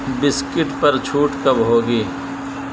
biscuit پر چھوٹ کب ہوگی